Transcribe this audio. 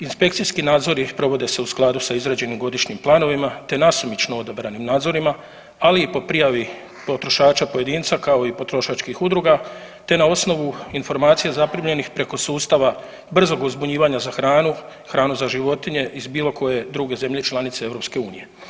Inspekcijski nadzori provode se u skladu sa izrađenim godišnjim planovima, te nasumično odabranim nadzorima ali i po prijavi potrošača pojedinca kao i potrošačkih udruga, te na osnovu informacija zaprimljenih preko sustava brzog uzbunjivanja za hranu, hranu za životinje iz bilo koje druge zemlje članice EU.